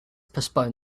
postpone